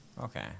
Okay